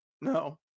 no